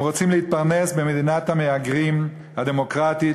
הם רוצים להתפרנס במדינת המהגרים הדמוקרטית